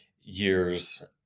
years